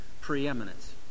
preeminence